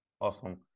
Awesome